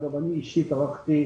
אני, אישית, ערכתי